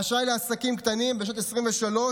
באשראי לעסקים קטנים בשנת 2023,